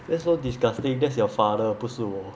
that's so disgusting that's your father 不是我